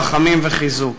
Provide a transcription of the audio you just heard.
רחמים וחיזוק.